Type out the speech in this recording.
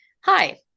Hi